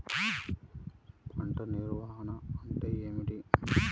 పంట నిర్వాహణ అంటే ఏమిటి?